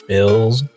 Bills